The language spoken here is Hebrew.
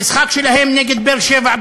המשחק שלהם נגד באר-שבע,